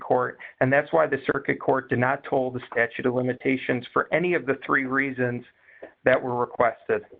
court and that's why the circuit court did not toll the statute of limitations for any of the three reasons that were requested